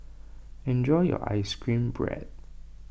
enjoy your Ice Cream Bread